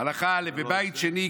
הלכה א': בבית שני,